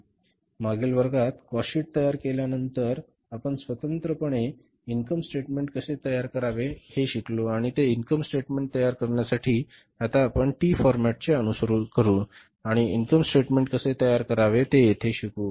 मागील वर्गात cost sheet तयार केल्यानंतर आता आपण स्वतंत्रपणे इनकम स्टेटमेंट कसे तयार करावे हे शिकू आणि ते इन्कम स्टेटमेंट तयार करण्यासाठी आता आपण टी फॉर्मेटचे अनुसरण करू आणि इन्कम स्टेटमेंट कसे तयार करावे ते येथे शिकू